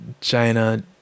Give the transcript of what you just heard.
China